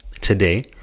today